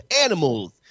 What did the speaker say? animals